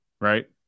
right